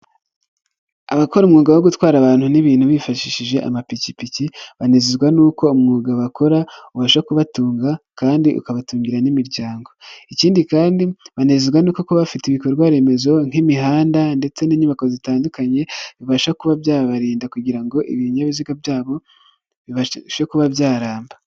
Abakora umwuga wo gutwara abantu n'ibintu bifashishije amapikipiki, banezezwa n'uko umwuga bakora ubasha kubatunga kandi ukabatungira n'imiryango, ikindi kandi banezezwa n'uko kuba bafite ibikorwa remezo nk'imihanda ndetse n'inyubako zitandukanye bibasha kuba byabarinda kugira ngo ibinyabiziga byabo bibashe kuba byaramba.